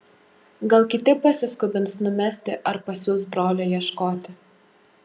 gal kiti pasiskubins numesti ar pasiųs brolio ieškoti